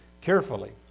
carefully